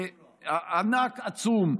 עצום,